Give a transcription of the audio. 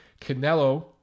Canelo